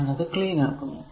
ഞാൻ അത് ക്ലീൻ ആക്കുന്നു